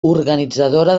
organitzadora